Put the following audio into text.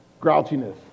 Grouchiness